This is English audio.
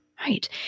Right